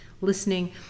listening